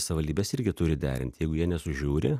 savaldybės irgi turi derint jeigu jie nesužiūri